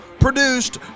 Produced